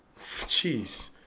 Jeez